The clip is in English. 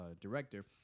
director